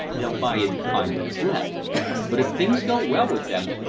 they'll buy in the pine that is left but if things go well with them,